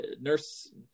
Nurse